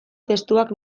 testuak